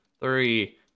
three